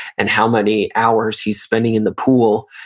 and how many hours he's spending in the pool,